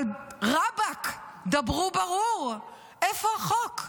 אבל רבאק, דברו ברור, איפה החוק?